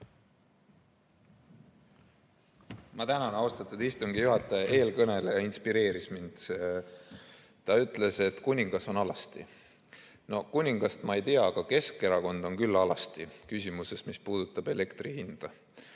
Ma tänan, austatud istungi juhataja! Eelkõneleja inspireeris mind. Ta ütles, et kuningas on alasti. No kuninga kohta ma ei tea, aga Keskerakond on küll alasti küsimuses, mis puudutab elektri hinda.